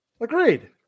Agreed